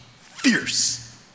fierce